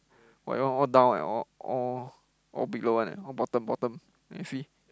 why your one all down eh all all all below one eh all bottom bottom you see